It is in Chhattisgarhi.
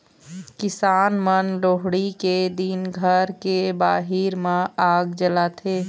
किसान मन लोहड़ी के दिन घर के बाहिर म आग जलाथे